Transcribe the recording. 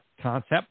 concept